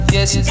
Yes